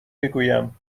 بگویم